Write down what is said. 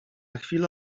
chwilę